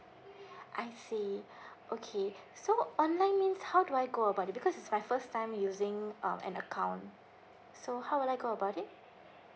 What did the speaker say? I see okay so online means how do I go about it because it's my first time using um an account so how will I go about it